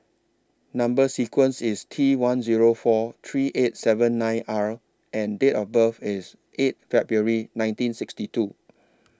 Number sequence IS T one Zero four three eight seven nine R and Date of birth IS eight February nineteen sixty two